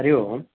हरिः ओम्